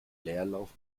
leerlauf